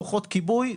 כוחות כיבוי ומשטרה.